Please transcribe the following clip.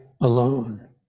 alone